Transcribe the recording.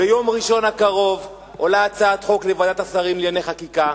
ביום ראשון הקרוב עולה הצעת חוק לוועדת השרים לענייני חקיקה,